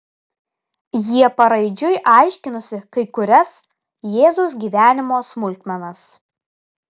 jie paraidžiui aiškinosi kai kurias jėzaus gyvenimo smulkmenas